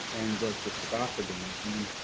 and the growth just took off again. i mean,